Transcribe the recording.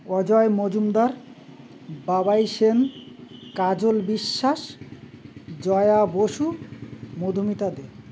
Ajay Majumdar Babai Sen Kajal Biswas Jaya Basu Madhumita দে